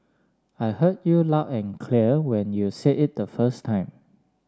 I heard you loud and clear when you say it the first time